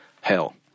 Hell